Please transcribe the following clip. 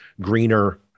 greener